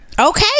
okay